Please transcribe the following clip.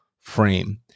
frame